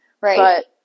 Right